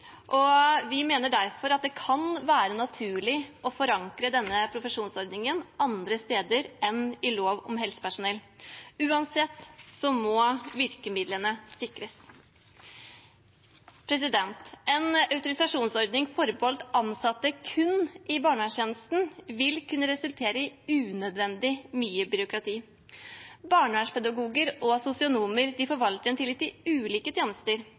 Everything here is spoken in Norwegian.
og vi mener derfor at det kan være naturlig å forankre denne profesjonsordningen andre steder enn i lov om helsepersonell. Uansett må virkemidlene sikres. En autorisasjonsordning kun forbeholdt ansatte i barnevernstjenesten vil kunne resultere i unødvendig mye byråkrati. Barnevernspedagoger og sosionomer forvalter en tillit i ulike tjenester,